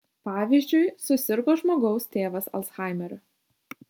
pavyzdžiui susirgo žmogaus tėvas alzhaimeriu